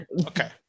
Okay